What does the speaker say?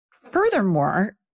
Furthermore